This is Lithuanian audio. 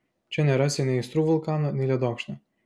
čia nerasi nei aistrų vulkano nei ledokšnio